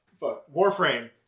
Warframe